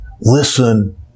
Listen